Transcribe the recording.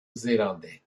zélandais